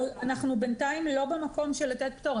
אנחנו בינתיים לא במקום של לתת פטור,